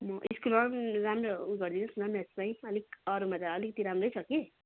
म स्कुलमा पनि राम्रो उ गरिदिनुहोस् न म्याथमै अलिक अरूमा त अलिकति राम्रै छ कि